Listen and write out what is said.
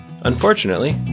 Unfortunately